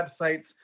website's